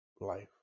life